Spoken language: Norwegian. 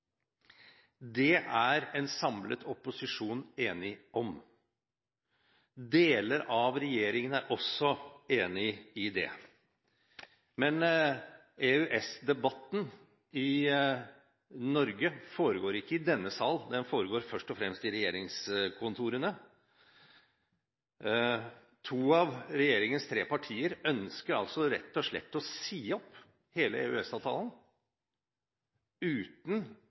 Det er en samlet opposisjon enig om. Deler av regjeringen er også enig i det. Men EØS-debatten i Norge foregår ikke i denne sal. Den foregår første og fremst i regjeringskontorene. To av regjeringens tre partier ønsker altså rett og slett å si opp hele EØS-avtalen uten